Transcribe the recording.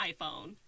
iPhone